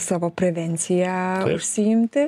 savo prevenciją užsiimti